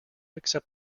accept